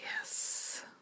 Yes